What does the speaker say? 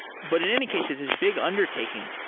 but in any case, it's this big undertaking.